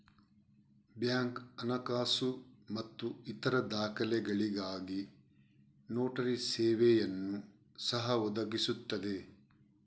bank ಹಣಕಾಸು ಮತ್ತು ಇತರ ದಾಖಲೆಗಳಿಗಾಗಿ ನೋಟರಿ ಸೇವೆಯನ್ನು ಸಹ ಒದಗಿಸುತ್ತದೆ